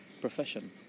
profession